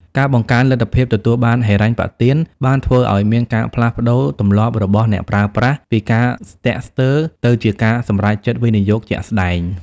ការបង្កើនលទ្ធភាពទទួលបានហិរញ្ញប្បទាន បានធ្វើឱ្យមានការផ្លាស់ប្ដូរទម្លាប់របស់អ្នកប្រើប្រាស់ពីការស្ទាក់ស្ទើរទៅជាការសម្រេចចិត្តវិនិយោគជាក់ស្ដែង។